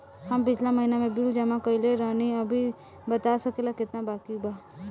हम पिछला महीना में बिल जमा कइले रनि अभी बता सकेला केतना बाकि बा?